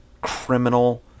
criminal